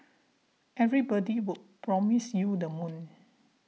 everybody would promise you the moon